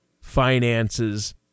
finances